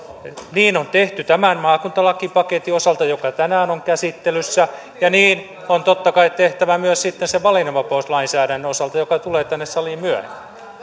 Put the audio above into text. niin on tehty tämän maakuntalakipaketin osalta joka tänään on käsittelyssä ja niin on totta kai tehtävä myös sen valinnanvapauslainsäädännön osalta joka tulee tänne saliin myöhemmin